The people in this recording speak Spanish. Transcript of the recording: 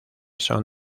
son